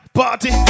party